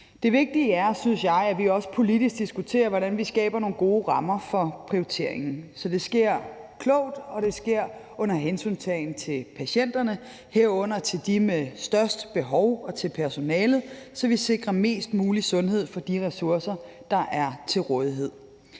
Det vigtige er, synes jeg, at vi også politisk diskuterer, hvordan vi skaber nogle gode rammer for prioriteringen, så det sker klogt og under hensyntagen til patienterne, herunder til dem med størst behov, og til personalet, så vi sikrer mest mulig sundhed for de ressourcer, der er til rådighed.